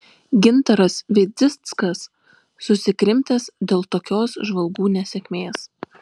gintaras vidzickas susikrimtęs dėl tokios žvalgų nesėkmės